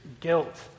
guilt